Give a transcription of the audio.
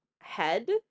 head